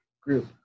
group